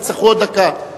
תצטרכו עוד דקה.